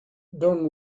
done